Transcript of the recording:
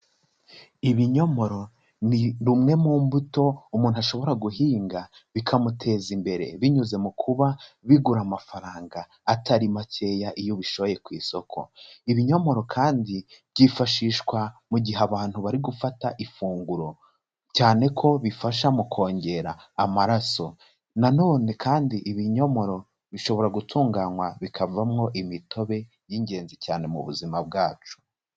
Ibinyomoro ni rumwe mu mbuto umuntu ashobora guhinga bikamuteza imbere, binyuze mu kuba bigura amafaranga atari makeya iyo bisho ku isoko, ibinyomoro kandi byifashishwa mu gihe abantu bari gufata ifunguro, cyane ko bifasha mu kongera amaraso, na none kandi ibinyomoro bishobora gutunganywa bikavamwo imitobe y'ingenzi cyane mu buzima bwacu.